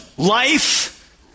life